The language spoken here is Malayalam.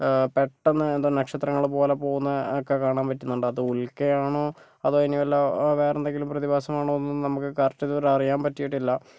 പെട്ടെന്ന് എന്താണ് നക്ഷത്രങ്ങള് പോലെ പോകുന്ന ഒക്കെ കാണാൻ പറ്റുന്നുണ്ട് അത് ഉൽക്കയാണോ അതോ ഇനി വല്ല വേറെ എന്തെങ്കിലും പ്രതിഭാസമാണോ എന്നൊന്നും നമുക്ക് കറക്റ്റ് ഇതുവരെ അറിയാൻ പറ്റിയിട്ടില്ല